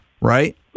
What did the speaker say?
right